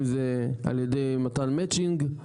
אם זה עלי ידי מתן מצ'ינג,